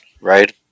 right